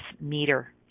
meter